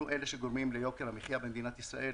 אלה שגורמים ליוקר המחיה במדינת ישראל.